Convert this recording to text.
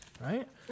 right